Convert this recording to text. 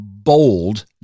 Bold